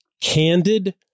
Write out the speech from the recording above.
candid